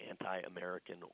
anti-American